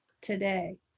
today